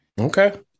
Okay